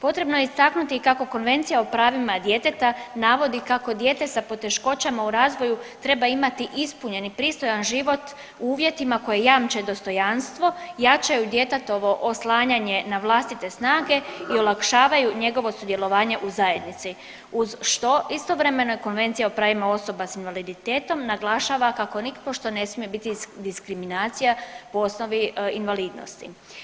Potrebno je istaknuti kako Konvencija o pravima djeteta navodi kako dijete sa poteškoćama u razvoju treba imati ispunjen i pristojan život u uvjetima koji jamče dostojanstvo, jačaju djetetovo oslanjanje na vlastite snage i olakšavaju njegovo sudjelovanje u zajednici uz što istovremeno Konvencija o pravima osoba sa invaliditetom naglašava kako nipošto ne smije biti diskriminacija po osnovi invalidnosti.